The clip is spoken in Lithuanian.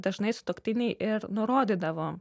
dažnai sutuoktiniai ir nurodydavo